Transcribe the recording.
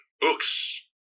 books